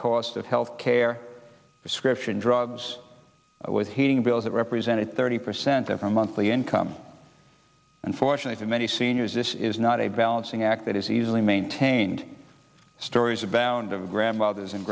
cost of health care prescription drugs with heating bills that represented thirty percent of our monthly income unfortunately many seniors this is not a balancing act that is easily maintained stories abound of grandmothers and